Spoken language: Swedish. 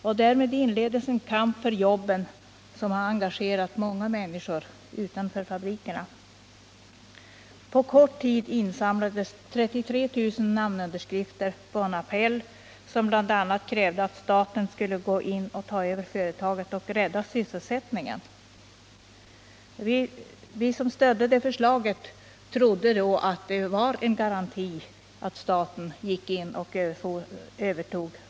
Och därmed inleddes en kamp för jobben som har engagerat många människor utanför fabrikerna. På kort tid insamlades 33 000 namnunderskrifter på en appell som bl.a. krävde att staten skulle gå in och ta över företaget och rädda sysselsättningen. Vi som stödde det förslaget trodde då att ett statligt övertagande skulle vara en garanti.